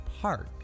Park